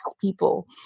people